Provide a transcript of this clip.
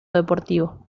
deportivo